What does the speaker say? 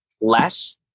less